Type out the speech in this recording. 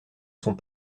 sont